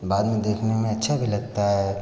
बाद में देखने में अच्छा भी लगता है